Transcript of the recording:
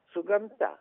su gamta